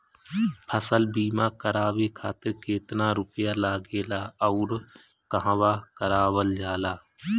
फसल बीमा करावे खातिर केतना रुपया लागेला अउर कहवा करावल जाला?